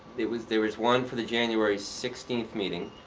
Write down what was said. there was there was one for the january sixteenth meeting.